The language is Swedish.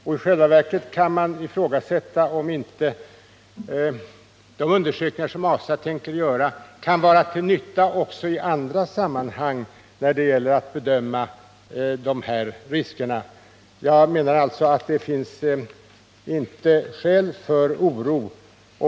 I själva verket bör man fråga sig om inte de undersökningar som ASA avser att göra kan vara till nytta också i andra sammanhang, där det gäller att bedöma dessa risker. Jag anser således att det inte finns något skäl för oro.